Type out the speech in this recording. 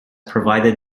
provided